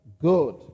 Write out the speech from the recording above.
good